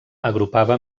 agrupava